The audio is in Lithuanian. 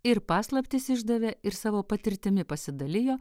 ir paslaptis išdavė ir savo patirtimi pasidalijo